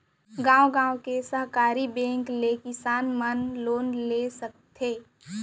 गॉंव गॉंव के सहकारी बेंक ले किसान मन लोन ले सकत हे